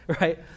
right